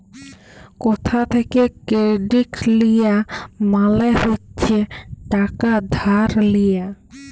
কথা থ্যাকে কেরডিট লিয়া মালে হচ্ছে টাকা ধার লিয়া